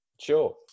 Sure